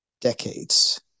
decades